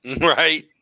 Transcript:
Right